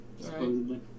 supposedly